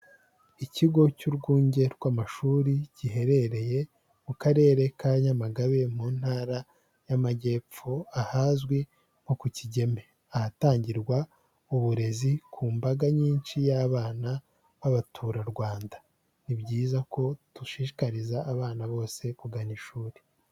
Ikigo cy'urwunge rw'amashuri giherereye mu karere ka Nyamagabe, mu ntara y'amajyepfo ahazwi nko ku Kigeme, ahatangirwa uburezi ku mbaga nyinshi y'abana b'abaturarwanda, ni byiza ko dushishikariza abana bose kugana ishuri.